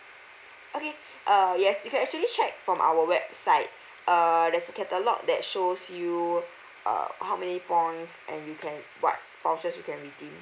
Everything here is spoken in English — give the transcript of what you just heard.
okay uh yes you can actually check from our website err there's a catalogue that shows you uh how many points and you can what vouchers you can redeem